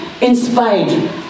inspired